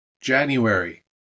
January